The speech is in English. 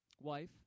Wife